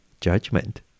judgment